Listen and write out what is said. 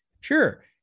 Sure